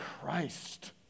Christ